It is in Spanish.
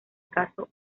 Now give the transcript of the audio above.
caso